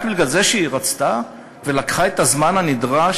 רק מפני שהיא רצתה ולקחה את הזמן הנדרש